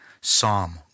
Psalm